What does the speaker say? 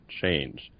change